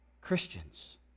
Christians